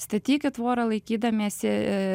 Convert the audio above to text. statykit tvorą laikydamiesi